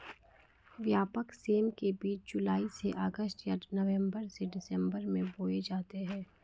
व्यापक सेम के बीज जुलाई से अगस्त या नवंबर से दिसंबर में बोए जाते हैं